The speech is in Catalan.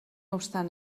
obstant